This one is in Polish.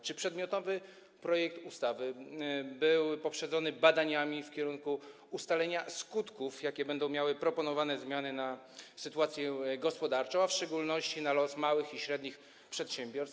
Czy przedmiotowy projekt ustawy był poprzedzony badaniami w celu ustalenia skutków, wpływu, jakie będą miały proponowane zmiany na sytuację gospodarczą, a w szczególności na los małych i średnich przedsiębiorstw?